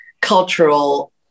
cultural